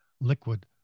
liquid